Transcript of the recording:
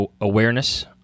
awareness